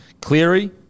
Cleary